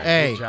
Hey